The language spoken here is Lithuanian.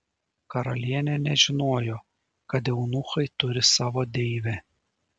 karalienė nežinojo kad eunuchai turi savo deivę